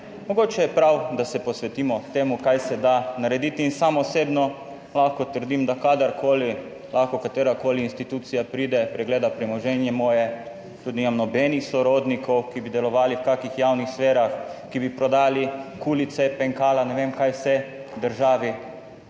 Mogoče je prav, da se posvetimo temu, kaj se da narediti in sam osebno lahko trdim, da kadarkoli lahko katerakoli institucija pride, pregleda premoženje moje, tudi nimam nobenih sorodnikov, ki bi delovali v kakšnih javnih sferah, ki bi prodali kulice, penkala, ne vem kaj vse državi.